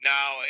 Now